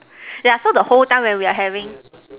yeah so the whole time while we were having